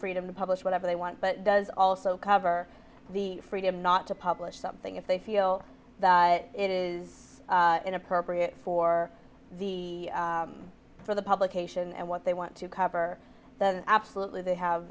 freedom to publish whatever they want but does also cover the freedom not to publish something if they feel that it is inappropriate for the for the publication and what they want to cover that absolutely they have